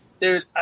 dude